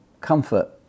comfort